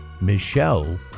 Michelle